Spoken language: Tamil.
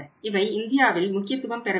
இவை இந்தியாவில் முக்கியத்துவம் பெறவில்லை